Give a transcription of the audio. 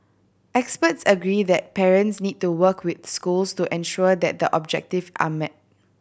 experts agree that parents need to work with schools to ensure that the objective are met